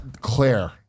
Claire